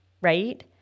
right